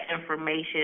information